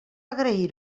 agrair